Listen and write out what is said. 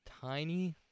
tiny